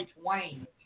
Twain